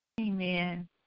Amen